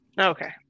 Okay